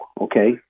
okay